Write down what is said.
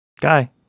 guy